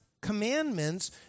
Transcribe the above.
commandments